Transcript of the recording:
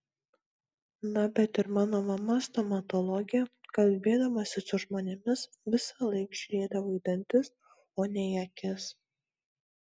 na bet ir mano mama stomatologė kalbėdamasi su žmonėmis visąlaik žiūrėdavo į dantis o ne į akis